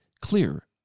clear